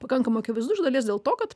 pakankamai akivaizdu iš dalies dėl to kad